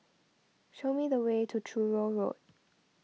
show me the way to Truro Road